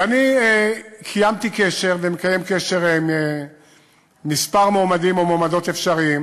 ואני קיימתי קשר ומקיים קשר עם כמה מועמדים או מועמדות אפשריים